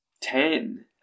Ten